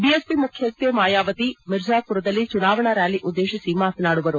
BSP ಮುಖ್ಯಸ್ಥೆ ಮಾಯಾವತಿ ಮಿರ್ಜಾಮರದಲ್ಲಿ ಚುನಾವಣಾ ರ್ಕಾಲಿ ಉದ್ದೇಶಿಸಿ ಮಾತನಾಡುವರು